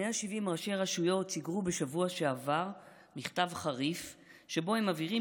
170 ראשי רשויות שיגרו בשבוע שעבר מכתב חריף שבו הם מבהירים